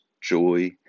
joy